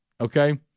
Okay